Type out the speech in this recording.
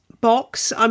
box